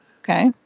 Okay